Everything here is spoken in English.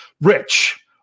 Rich